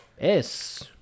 Es